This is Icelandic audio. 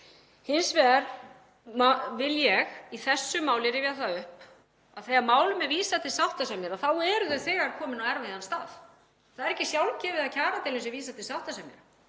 hins vegar í þessu máli rifja það upp að þegar málum er vísað til sáttasemjara þá eru þau þegar komin á erfiðan stað. Það er ekki sjálfgefið að kjaradeilum sé vísað til sáttasemjara.